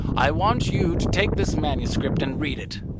i want you to take this manuscript and read it.